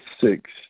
six